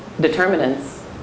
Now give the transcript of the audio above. determinants